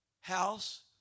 House